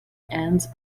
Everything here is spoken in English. ends